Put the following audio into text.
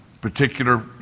particular